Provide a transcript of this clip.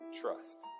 trust